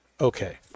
Okay